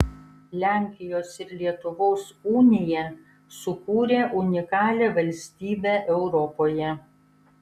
lenkijos ir lietuvos unija sukūrė unikalią valstybę europoje